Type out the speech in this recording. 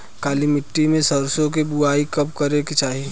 काली मिट्टी में सरसों के बुआई कब करे के चाही?